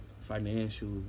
financial